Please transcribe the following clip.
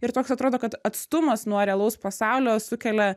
ir toks atrodo kad atstumas nuo realaus pasaulio sukelia